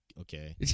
okay